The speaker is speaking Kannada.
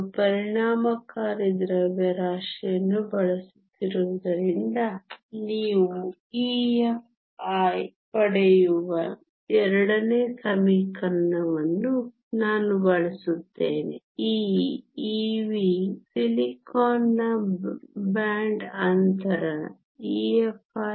ನಾನು ಪರಿಣಾಮಕಾರಿ ದ್ರವ್ಯರಾಶಿಯನ್ನು ಬಳಸುತ್ತಿರುವುದರಿಂದ ನೀವು EFi ಪಡೆಯುವ ಎರಡನೇ ಸಮೀಕರಣವನ್ನು ನಾನು ಬಳಸುತ್ತೇನೆ ಈ EV ಸಿಲಿಕಾನ್ನ ಬ್ಯಾಂಡ್ ಅಂತರ EFiEv121